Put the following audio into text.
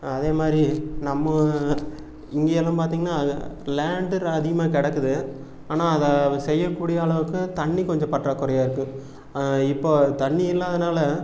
அதே மாதிரி நம்ம இங்கேயெல்லாம் பார்த்திங்கன்னா லேண்டு அதிகமாக கிடக்குது ஆனால் அதை செய்யக்கூடிய அளவுக்கு தண்ணி கொஞ்சம் பற்றாக்குறையாருக்கு இப்போ தண்ணி இல்லாததுனால்